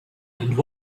and